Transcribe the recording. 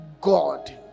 God